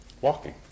walking